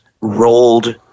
rolled